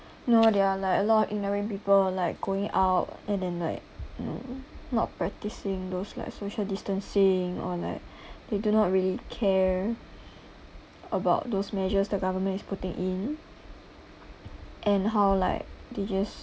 you know they're like a lot ignorant people like going out and then like you know not practicing those like social distancing or like they do not really care about those measures the government is putting in and how like they just